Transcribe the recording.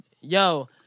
Yo